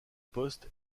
poste